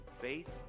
Faith